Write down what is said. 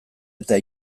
eta